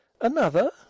Another